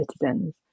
citizens